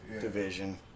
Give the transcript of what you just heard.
division